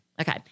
Okay